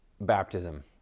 baptism